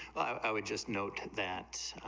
ah ah just note that